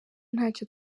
ntacyo